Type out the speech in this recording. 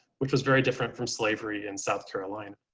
which was very different from slavery in south carolina.